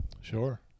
sure